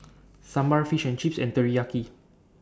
Sambar Fish and Chips and Teriyaki